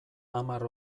hamar